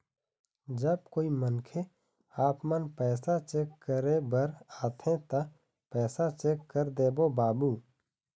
जब कोई मनखे आपमन पैसा चेक करे बर आथे ता पैसा चेक कर देबो बाबू?